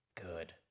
Good